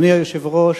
אדוני היושב-ראש,